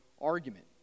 argument